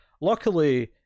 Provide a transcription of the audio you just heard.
Luckily